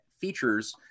features